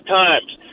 times